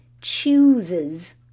chooses